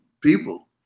people